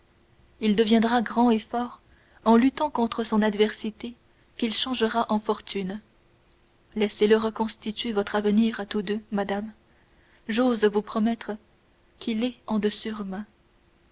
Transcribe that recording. il deviendra grand et fort en luttant contre son adversité qu'il changera en fortune laissez-le reconstituer votre avenir à tous deux madame j'ose vous promettre qu'il est en